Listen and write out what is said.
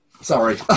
sorry